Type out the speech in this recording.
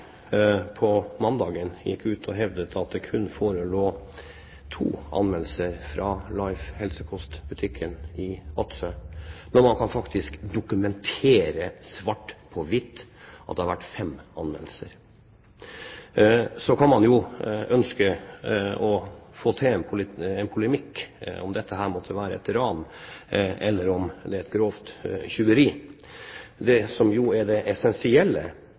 på mandag gikk ut og hevdet at det kun forelå to anmeldelser fra butikken Life helsekost i Vadsø, selv om man faktisk kan dokumentere svart på hvitt at det har vært fem anmeldelser. Så kan man jo ønske å få til en polemikk om dette måtte være et ran eller om det er et grovt tyveri. Det som er det essensielle,